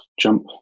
jump